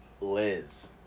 Liz